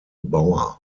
bauer